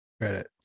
credit